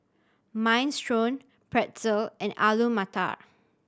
Minestrone Pretzel and Alu Matar